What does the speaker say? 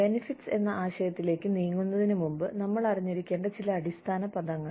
benefits എന്ന ആശയത്തിലേക്ക് നീങ്ങുന്നതിന് മുമ്പ് നമ്മൾ അറിഞ്ഞിരിക്കേണ്ട ചില അടിസ്ഥാന പദങ്ങൾ